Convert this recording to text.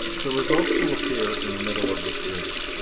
the results will appear in the middle of the screen.